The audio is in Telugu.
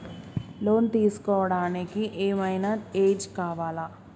లోన్ తీస్కోవడానికి ఏం ఐనా ఏజ్ కావాలా?